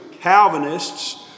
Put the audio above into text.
Calvinists